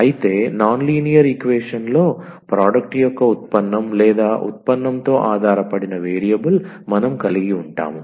ఐతే non linear equation లో product యొక్క ఉత్పన్నం లేదా ఉత్పన్నంతో ఆధారపడిన వేరియబుల్ మనం కలిగి ఉంటాము